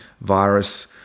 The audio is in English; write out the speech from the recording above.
virus